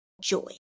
joy